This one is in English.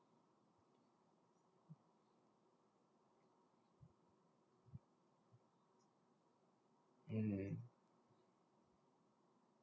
mm